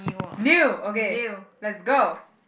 new okay let's go